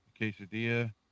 quesadilla